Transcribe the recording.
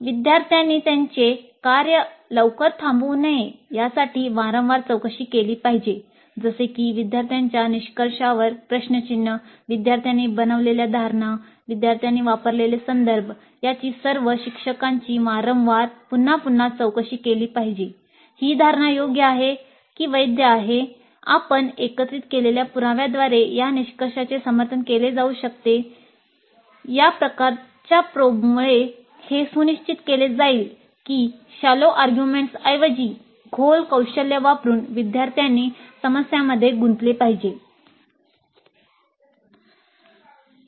खोल कौशल्य वापरून विद्यार्थी समस्यामध्ये गुंतले आहेत